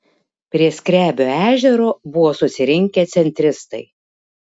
prie skrebio ežero buvo susirinkę centristai